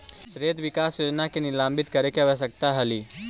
क्षेत्र विकास योजना को निलंबित करे के आवश्यकता हलइ